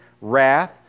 wrath